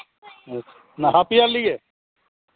ᱚᱱᱟ ᱦᱟᱯ ᱤᱭᱟᱨᱞᱤ ᱜᱮ